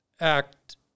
act